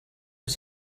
was